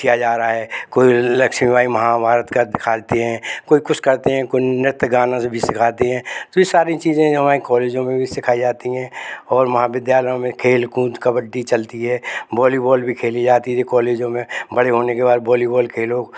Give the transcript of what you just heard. किया जा रहा है कोई लक्ष्मीबाई महाभारत का दिखाते हैं कोई कुछ करते हैं कोई नृत्य गाना जो भी सिखाती है तो यह सारी चीज़ें हमारे कॉलेजों में भी सिखाई जाती है और महाविद्यालयों में खेलकूद कब्बडी चलती है बॉलीबॉल भी खेला जाता है यह कॉलेजो में बड़े होने के बाद बॉलीबॉल खेलो